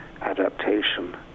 adaptation